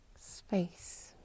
Space